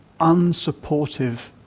unsupportive